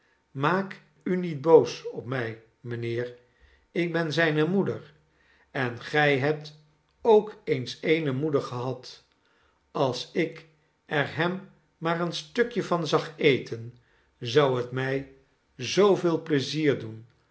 maak u niet boos op mij mijnheer ik ben zijne moeder en gij hebt ook eens eene moeder gehad als ik er hem maar een stukje van zag eten zou het mij zooveel pleizier doen